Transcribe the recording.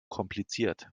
kompliziert